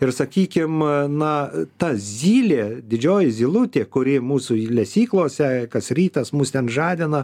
ir sakykim na tas zylė didžioji zylutė kuri mūsų ir lesyklose kas rytas mus ten žadina